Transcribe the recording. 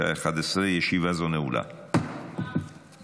אושרה בקריאה הראשונה ותחזור לדיון בוועדת החוקה,